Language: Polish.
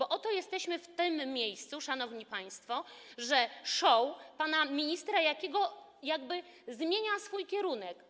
Oto jesteśmy w tym miejscu, szanowni państwo, że show pana ministra Jakiego jakby zmienia kierunek.